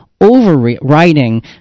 overriding